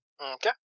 okay